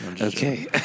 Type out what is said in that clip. Okay